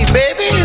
baby